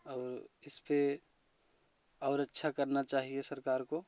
और इस पर और अच्छा करना चाहिए सरकार को